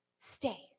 Stay